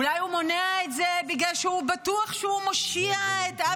אולי הוא מונע את זה בגלל שהוא בטוח שהוא מושיע את עם